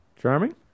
Charming